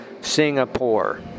Singapore